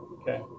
Okay